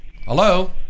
Hello